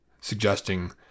suggesting